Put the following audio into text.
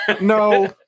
No